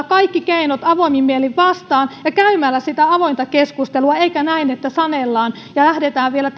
kaikki keinot avoimin mielin vastaan ja käymällä sitä avointa keskustelua eikä näin että sanellaan ja lähdetään vielä